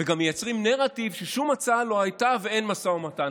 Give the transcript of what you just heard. וגם מייצרים נרטיב ששום הצעה לא הייתה ואין משא ומתן.